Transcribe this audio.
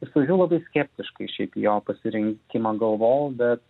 iš pradžių labai skeptiškai šiaip jo pasirinkimą galvojau bet